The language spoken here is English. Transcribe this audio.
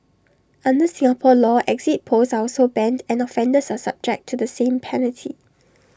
under Singapore law exit polls are also banned and offenders are subject to the same penalty